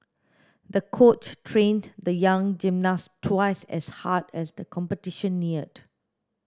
the coach trained the young gymnast twice as hard as the competition neared